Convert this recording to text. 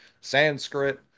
Sanskrit